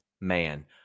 Man